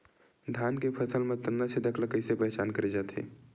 धान के फसल म तना छेदक ल कइसे पहचान करे जाथे?